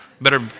better